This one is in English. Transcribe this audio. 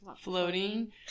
Floating